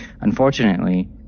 Unfortunately